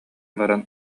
баран